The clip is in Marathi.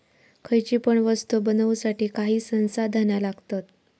खयची पण वस्तु बनवुसाठी काही संसाधना लागतत